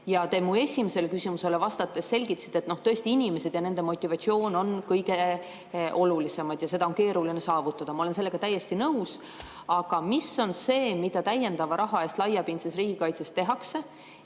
Te mu esimesele küsimusele vastates selgitasite, et inimesed ja nende motivatsioon on tõesti kõige olulisemad ja seda on keeruline saavutada. Ma olen sellega täiesti nõus. Aga mis on see, mida täiendava raha eest laiapindses riigikaitses tehakse?